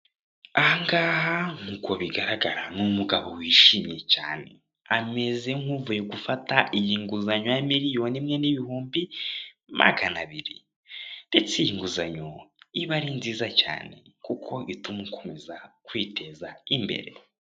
Ahangaha nkuko bigaraga ni umugabo wishimye cyane ameze nkuvuye gufata iyi nguzanyo ya miliyoni imwe n'ibihumbi magana abiri ndetse iyi nguzanyo iba ari nziza cyane kuko ituma ukomeza kwiteza imbere.